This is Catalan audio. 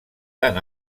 tan